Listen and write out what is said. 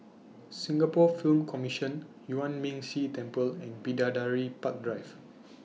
Singapore Film Commission Yuan Ming Si Temple and Bidadari Park Drive